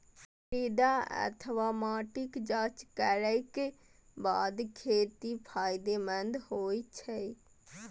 मृदा अथवा माटिक जांच करैक बाद खेती फायदेमंद होइ छै